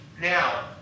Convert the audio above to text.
Now